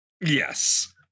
Yes